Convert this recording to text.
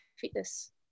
fitness